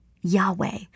Yahweh